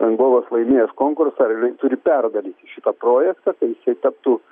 rangovas laimėjęs konkursą realiai turi perdaryt šitą projektą tai jisai taptų